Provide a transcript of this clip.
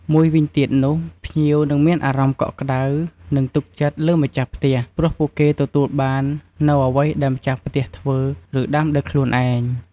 មួយវិញទៀតនោះ ភ្ញៀវនឹងមានអារម្មណ៍កក់ក្ដៅ និងទុកចិត្តលើម្ចាស់ផ្ទះ ព្រោះពួកគេទទួលបាននូវអ្វីដែលម្ចាស់ផ្ទះធ្វើ ឬដាំដោយខ្លួនឯង។